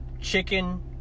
chicken